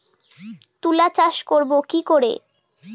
তুলা চাষ করব কি করে?